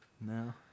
No